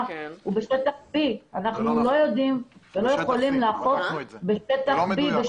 הוא בשטח B ואנחנו לא יודעים לאכוף בשטח B. זה לא מדויק.